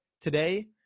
Today